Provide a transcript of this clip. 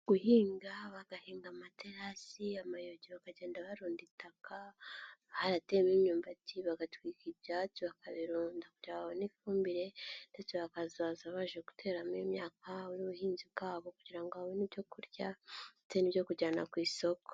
Guhinga bagahinga amaterasi, amayogi bakagenda barunda itaka, haratewemo imyumbati, bagatwika ibyatsi bakabironda kugira ngo babone ifumbire ndetse bakazaza baje guteramo imyaka y'ubuhinzi bwabo kugira ngo babone ibyo kurya ndetse n'ibyo kujyana ku isoko.